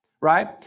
Right